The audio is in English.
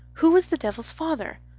who was the devils father?